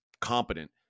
competent